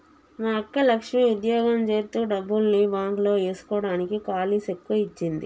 మా అక్క లక్ష్మి ఉద్యోగం జేత్తు డబ్బుల్ని బాంక్ లో ఏస్కోడానికి కాలీ సెక్కు ఇచ్చింది